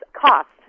cost